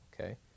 okay